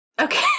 okay